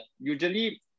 usually